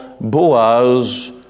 Boaz